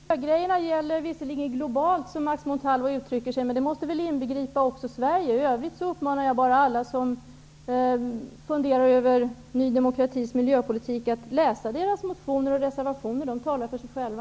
Herr talman! ''Miljögrejorna'' gäller visserligen globalt, som Max Montalvo uttrycker sig. Men det måste väl också inbegripa Sverige? I övrigt uppmanar jag alla som funderar över Ny demokratis miljöpolitik att läsa deras motioner och reservationer. De talar för sig själva.